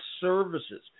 services